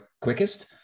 quickest